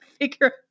figure